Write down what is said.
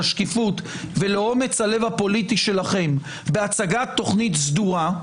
לשקיפות ולאומץ הלב הפוליטי שלכם בהצגת תוכנית סדורה,